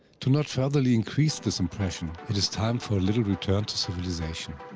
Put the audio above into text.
to not furtherly increase this impression, it is time for a little return to civilization.